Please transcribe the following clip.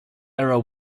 error